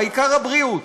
העיקר הבריאות.